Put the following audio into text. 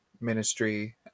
ministry